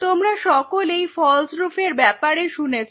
তোমরা সকলেই ফল্স্ রুফের ব্যাপারে শুনেছ